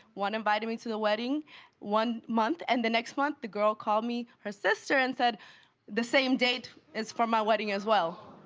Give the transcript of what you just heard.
one invited me to the wedding one month, and the next month, the girl called me, her sister, and said the same date is for my wedding as well.